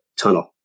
tunnel